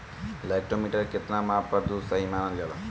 Lactometer के कितना माप पर दुध सही मानन जाला?